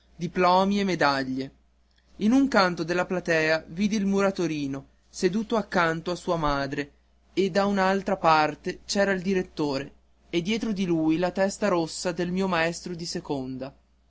diplomi e medaglie in un canto della platea vidi il muratorino seduto accanto a sua madre e da un'altra parte c'era il direttore e dietro di lui la testa rossa del mio maestro di seconda